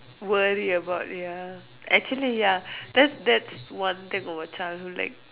worry about ya actually ya that's that's one thing from my childhood like